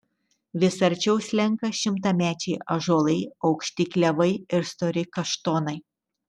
vis arčiau slenka šimtamečiai ąžuolai aukšti klevai ir stori kaštonai